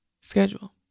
schedule